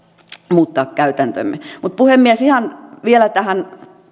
muuttaa käytäntömme mutta puhemies ihan vielä tähän